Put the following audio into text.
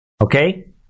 Okay